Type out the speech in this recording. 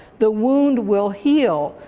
the wound will heal,